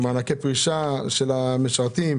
על מענקי פרישה של המשרתים.